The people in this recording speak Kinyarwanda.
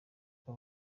uko